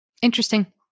Interesting